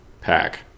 pack